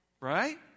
Right